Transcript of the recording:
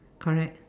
correct